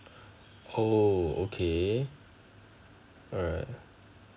oh okay alright